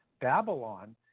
Babylon